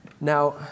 Now